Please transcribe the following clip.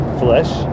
flesh